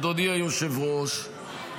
אדוני היושב-ראש,